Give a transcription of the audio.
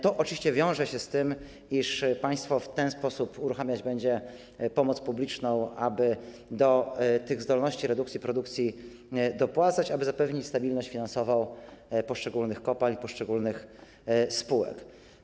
To oczywiście wiąże się z tym, iż państwo w ten sposób uruchamiać będzie pomoc publiczną, aby do tych zdolności redukcji produkcji dopłacać, aby zapewnić stabilność finansową poszczególnych kopalń, poszczególnych spółek.